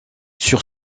sur